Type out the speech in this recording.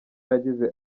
yagize